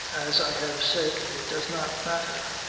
as i have said it does not matter.